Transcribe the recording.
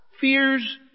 fears